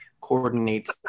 coordinates